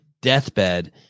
deathbed